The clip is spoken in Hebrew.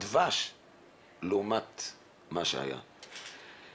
דבש לעומת מה שהיה קודם לכן.